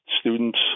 students